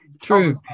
true